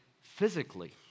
physically